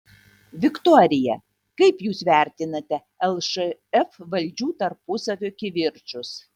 viktorija kaip jūs vertinate lšf valdžių tarpusavio kivirčus